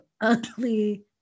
ugly